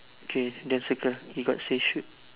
okay then circle he got say shoot